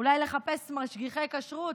אולי לחפש משגיחי כשרות?